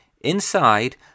Inside